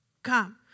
Come